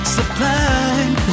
Sublime